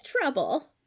trouble